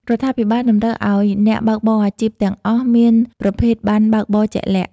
រដ្ឋាភិបាលតម្រូវឱ្យអ្នកបើកបរអាជីវកម្មទាំងអស់មានប្រភេទប័ណ្ណបើកបរជាក់លាក់។